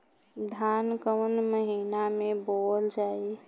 धान कवन महिना में बोवल जाई?